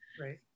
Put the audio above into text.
Right